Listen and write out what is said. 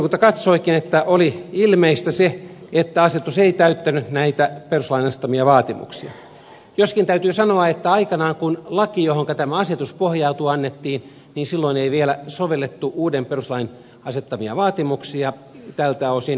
perustuslakivaliokunta katsoikin että oli ilmeistä se että asetus ei täyttänyt näitä perustuslain asettamia vaatimuksia joskin täytyy sanoa että silloin aikanaan kun laki johonka tämä asetus pohjautuu annettiin ei vielä sovellettu uuden perustuslain asettamia vaatimuksia tältä osin